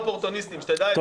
--- לאופוטוניסטים, שתדע את זה.